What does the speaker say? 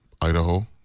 Idaho